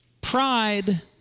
pride